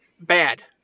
bad